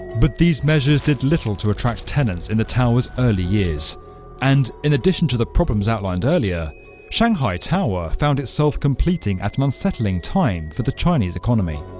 but these measures did little to attract tenants in the tower's early years and in addition to the problems outlined earlier shanghai tower found itself completing at an unsettling time for the chinese economy.